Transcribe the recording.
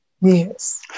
Yes